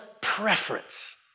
preference